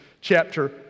chapter